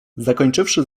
zakończywszy